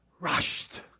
rushed